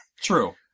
True